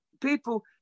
People